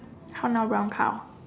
how now brown cow